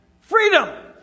Freedom